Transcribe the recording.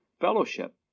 fellowship